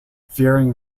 fearing